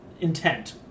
intent